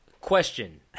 question